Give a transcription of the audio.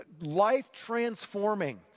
life-transforming